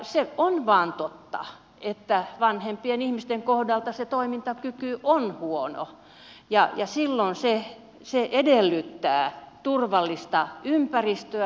se on vain totta että vanhempien ihmisten kohdalla se toimintakyky on huono ja silloin se edellyttää turvallista ympäristöä